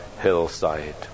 hillside